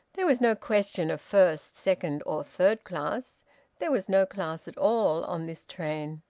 there was no question of first, second, or third class there was no class at all on this train.